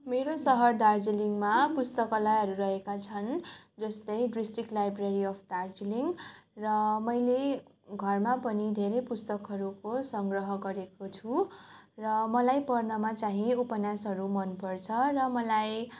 मेरो सहर दार्जिलिङमा पुस्तकालयहरू रहेका छन् जस्तै डिस्ट्रिक्ट लाइब्रेरी अफ् दार्जिलिङ र मैले घरमा पनि धेरै पुस्तकहरूको सङ्ग्रह गरेको छु र मलाई पढ्नमा चाहिँ उपन्यासहरू मनपर्छ र मलाई